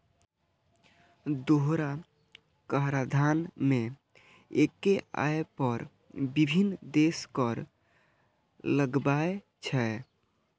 दोहरा कराधान मे एक्के आय पर विभिन्न देश कर लगाबै छै